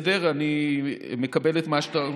בסדר, אני מקבל את מה שאתה אומר.